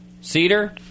Cedar